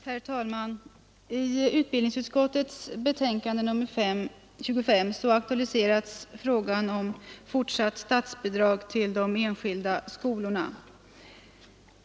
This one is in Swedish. Herr talman! I utbildningsutskottets betänkande nr 25 aktualiseras frågan om fortsatt statsbidrag till enskilda skolor.